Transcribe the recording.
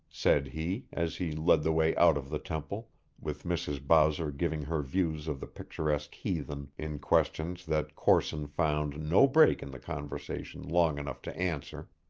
said he, as he led the way out of the temple with mrs. bowser giving her views of the picturesque heathen in questions that corson found no break in the conversation long enough to answer.